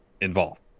involved